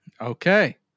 Okay